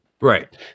right